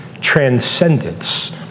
transcendence